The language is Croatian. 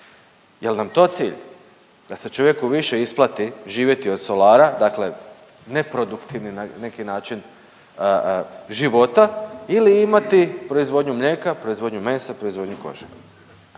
Jel nam to cilj da se čovjeku više isplati živjeti od solara, dakle neproduktivni neki način života ili imati proizvodnju mlijeka, proizvodnju mesa i proizvodnju kože?